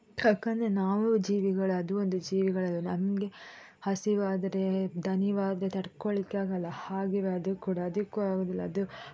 ಯಾಕೆಂದ್ರೆ ನಾವು ಜೀವಿಗಳು ಅದು ಒಂದು ಜೀವಿಗಳಲ್ಲವಾ ನಮಗೆ ಹಸಿವಾದರೆ ದಣಿವಾದ್ರೆ ತಡಕೊಳ್ಲಿಕ್ಕೆ ಆಗಲ್ಲ ಹಾಗೆಯೇ ಅದು ಕೂಡ ಅದಕ್ಕೂ ಆಗುವುದಿಲ್ಲ ಅದು